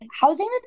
housing